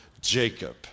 Jacob